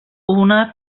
una